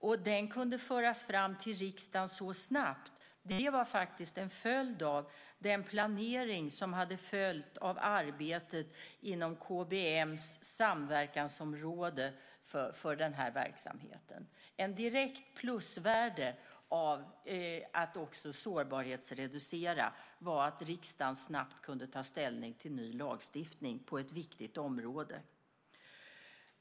Att den kunde föras fram till riksdagen så snabbt var faktiskt en följd av den planering som hade följt av arbetet inom KBM:s samverkansområde för den här verksamheten. Ett direkt plusvärde av att också sårbarhetsreducera var att riksdagen snabbt kunde ta ställning till ny lagstiftning på ett viktigt område.